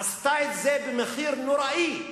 היא עשתה את זה במחיר נורא של